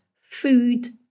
food